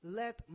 let